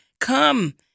come